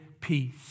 peace